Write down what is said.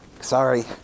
Sorry